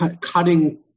cutting